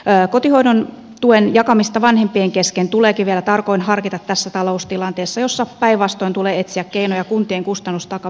kotihoidon tuen jakamista vanhempien kesken tuleekin vielä tarkoin harkita tässä taloustilanteessa jossa päinvastoin tulee etsiä keinoja kuntien kustannustaakan vähentämiseksi